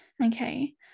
Okay